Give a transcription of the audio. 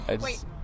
Wait